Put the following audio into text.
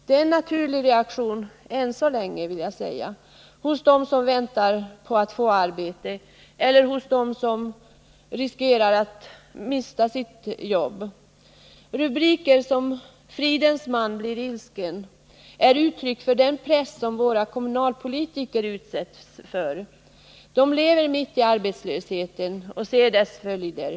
Det är en naturlig reaktion — än så länge, vill jag säga — hos dem som väntar på att få jobb eller hos dem som riskerar att mista sina jobb. Rubriker som ”Fridens man blir ilsken” kan sägas ge uttryck för den press som våra kommunalpolitiker Nr 54 utsätts för. Dessa lever mitt i arbetslösheten och ser dess följder.